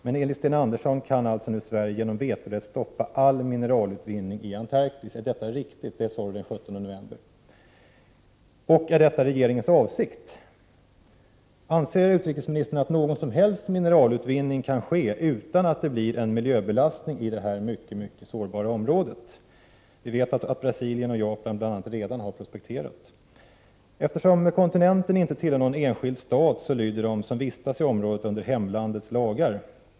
Men enligt Sten Andersson kan Sverige nu genom vetorätten stoppa all mineralutvinning i Antarktis. Är detta riktigt? Det sade i varje fall utrikesministern den 17 november. Vidare vill jag fråga: Är detta regeringens avsikt? Anser utrikesministern att någon som helst mineralutvinning kan ske utan att det blir en miljöbelastning i det här synnerligen sårbara området? Vi vet att bl.a. Brasilien och Japan redan har prospekterat. Eftersom kontinenten inte tillhör någon enskild stat, lyder de som vistas i området under hemlandets lagar.